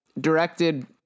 directed